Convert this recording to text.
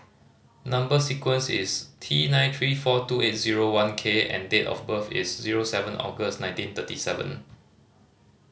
number sequence is T nine three four two eight zero one K and date of birth is zero seven August nineteen thirty seven